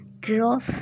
growth